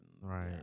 Right